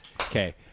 Okay